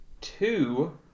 two